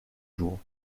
jours